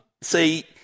See